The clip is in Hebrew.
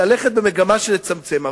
ללכת במגמה של לצמצם,